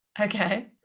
Okay